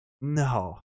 No